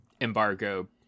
embargo